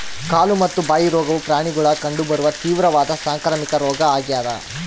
ಕಾಲು ಮತ್ತು ಬಾಯಿ ರೋಗವು ಪ್ರಾಣಿಗುಳಾಗ ಕಂಡು ಬರುವ ತೀವ್ರವಾದ ಸಾಂಕ್ರಾಮಿಕ ರೋಗ ಆಗ್ಯಾದ